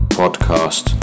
podcast